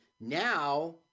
now